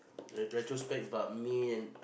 re~ retrospect but me and